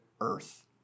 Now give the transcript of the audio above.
earth